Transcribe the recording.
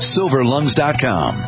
Silverlungs.com